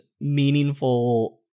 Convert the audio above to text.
meaningful